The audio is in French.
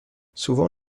souvent